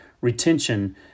retention